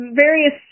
Various